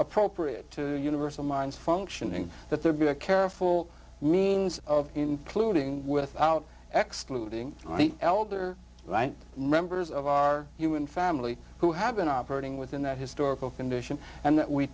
appropriate universal mind's functioning that there be a careful means of including without extra looting the elder right members of our human family who have been operating within that historical condition and